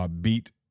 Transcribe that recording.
beat